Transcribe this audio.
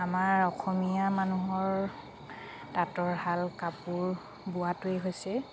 আমাৰ অসমীয়া মানুহৰ তাঁতৰ শাল কাপোৰ বোৱাটোৱেই হৈছে